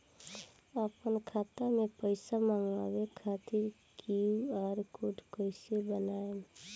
आपन खाता मे पैसा मँगबावे खातिर क्यू.आर कोड कैसे बनाएम?